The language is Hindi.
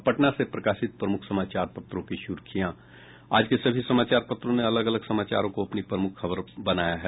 अब पटना से प्रकाशित प्रमुख समाचार पत्रों की सुर्खियां आज के सभी समाचार पत्रों ने अलग अलग समाचारों को अपनी प्रमुख खबर बनाया है